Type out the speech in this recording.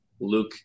Luke